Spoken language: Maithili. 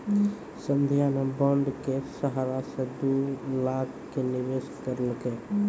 संध्या ने बॉण्ड के सहारा से दू लाख के निवेश करलकै